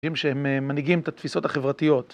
שהם מנהיגים את התפיסות החברתיות.